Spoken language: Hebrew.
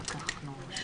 בוקר טוב.